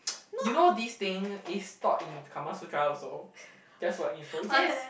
you know these thing is taught in Kama Sutra also just for your info yes